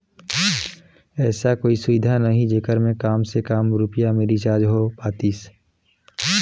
ऐसा कोई सुविधा नहीं जेकर मे काम से काम रुपिया मे रिचार्ज हो पातीस?